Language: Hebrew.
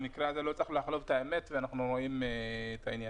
במקרה הזה לא הצלחנו לחלוב את האמת ואנחנו רואים את העניין.